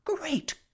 Great